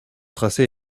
tracé